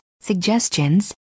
suggestions